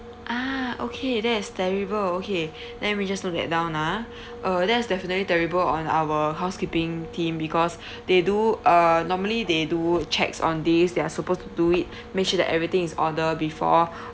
ah okay that is terrible okay let me just note that down ah oh that's definitely terrible on our housekeeping team because they do a normally they do checks on this they are supposed to do it make sure that everything is order before